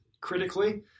critically